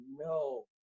no